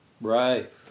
Right